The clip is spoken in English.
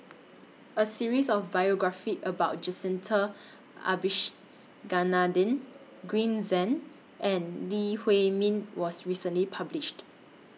A series of biographies about Jacintha Abisheganaden Green Zeng and Lee Huei Min was recently published